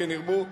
כן ירבו,